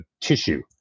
tissue